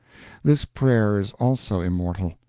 this prayer is also immortal,